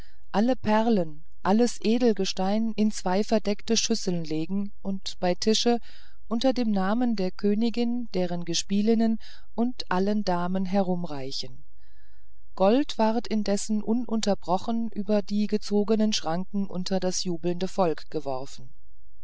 alle perlen alles edelgestein in zwei verdeckte schüsseln legen und bei tische unter dem namen der königin ihren gespielinnen und allen damen herumreichen gold ward indessen ununterbrochen über die gezogenen schranken unter das jubelnde volk geworfen